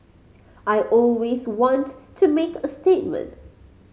I always want to make a statement